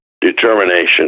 determination